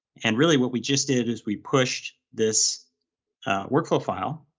and really what we just did is we pushed this workflow file